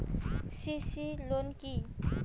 CC loan কি?